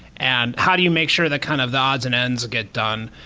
and how do you make sure the kind of the odds and ends get done?